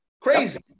Crazy